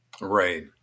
Right